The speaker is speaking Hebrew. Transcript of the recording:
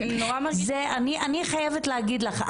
אני חייבת להגיד לך,